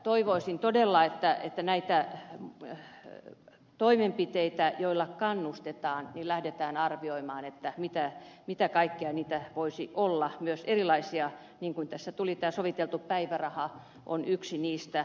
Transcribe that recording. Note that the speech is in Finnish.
toivoisin todella että näitä toimenpiteitä joilla kannustetaan lähdetään arvioimaan mitä kaikkea niitä voisi olla myös erilaisia niin kuin tässä tuli esille että soviteltu päiväraha on yksi niistä